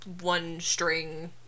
one-string